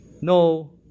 no